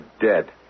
dead